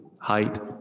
height